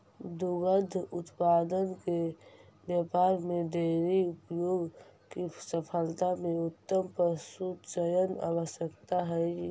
दुग्ध उत्पादन के व्यापार में डेयरी उद्योग की सफलता में उत्तम पशुचयन आवश्यक हई